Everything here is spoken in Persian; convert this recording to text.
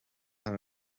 همه